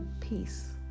peace